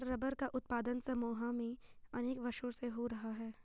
rubber का उत्पादन Samoa में अनेक वर्षों से हो रहा है